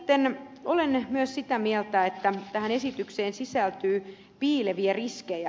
sitten olen myös sitä mieltä että tähän esitykseen sisältyy piileviä riskejä